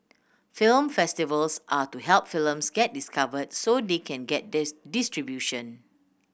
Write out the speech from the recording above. film festivals are to help films get discovered so they can get distribution